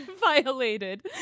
violated